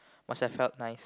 must have felt nice